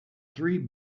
three